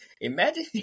imagine